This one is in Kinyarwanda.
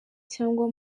cyangwa